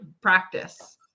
practice